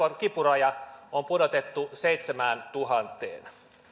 kipuraja on pudotettu seitsemääntuhanteen